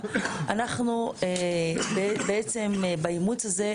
אנחנו בעצם באימוץ הזה,